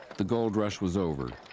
the gold rush was over.